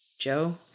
Joe